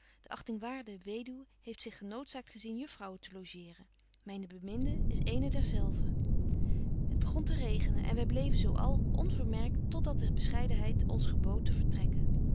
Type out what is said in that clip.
de achtingwaarde weduw heeft zig genoodzaakt gezien juffrouwen te logeeren myne beminde is eene derzelve het begon te regenen en wy bleven zo al onvermerkt tot dat de bescheidenheid ons geboodt te vertrekken